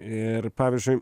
ir pavyzdžiui